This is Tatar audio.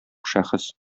шәхес